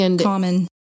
common